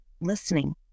listening